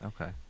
okay